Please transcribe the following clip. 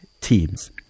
teams